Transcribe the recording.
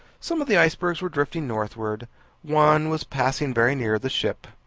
some of the icebergs were drifting northwards one was passing very near the ship.